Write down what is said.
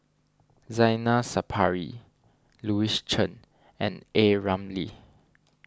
Zainal Sapari Louis Chen and A Ramli